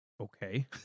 Okay